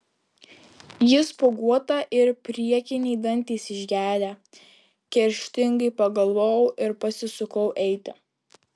ji spuoguota ir priekiniai dantys išgedę kerštingai pagalvojau ir pasisukau eiti